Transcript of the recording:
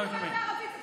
לא שומע, לא שומע.